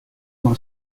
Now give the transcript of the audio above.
uma